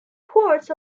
ports